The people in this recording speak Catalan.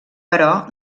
però